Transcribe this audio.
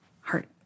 heart